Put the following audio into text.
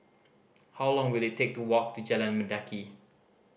how long will it take to walk to Jalan Mendaki